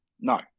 No